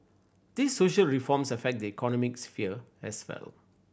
these social reforms affect the economic sphere as well